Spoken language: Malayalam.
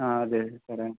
ആ അതേ വരാം